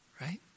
Right